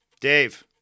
Dave